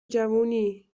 جوونی